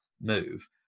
move